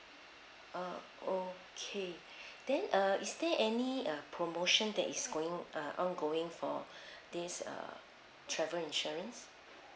uh okay then uh is there any uh promotion that is going uh ongoing for this err travel insurance